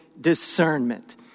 discernment